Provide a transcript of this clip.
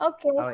Okay